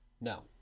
no